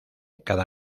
cada